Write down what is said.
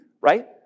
Right